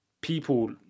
people